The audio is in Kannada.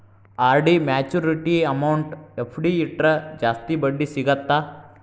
ಆರ್.ಡಿ ಮ್ಯಾಚುರಿಟಿ ಅಮೌಂಟ್ ಎಫ್.ಡಿ ಇಟ್ರ ಜಾಸ್ತಿ ಬಡ್ಡಿ ಸಿಗತ್ತಾ